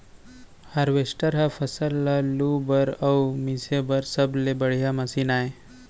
harvester ह फसल ल लूए बर अउ मिसे बर सबले बड़िहा मसीन आय